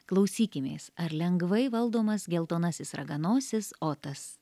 klausykimės ar lengvai valdomas geltonasis raganosis otas